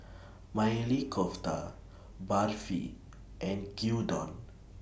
Maili Kofta Barfi and Gyudon